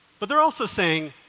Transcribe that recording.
but they're also saying,